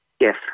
yes